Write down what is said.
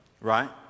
Right